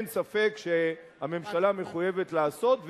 אין ספק שהממשלה מחויבת לעשות,